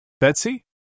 Betsy